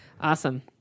Awesome